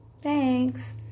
thanks